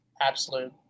absolute